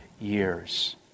years